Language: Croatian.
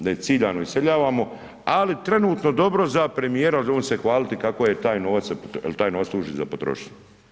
Da ciljano iseljavamo ali trenutno dobro za premijera, one će se hvaliti kako je taj novac, jer taj novac služi za potrošnju.